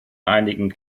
einigen